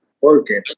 working